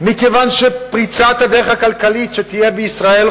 מכיוון שפריצת הדרך הכלכלית שתהיה בישראל,